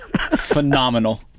phenomenal